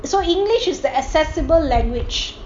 and so english is the accessible language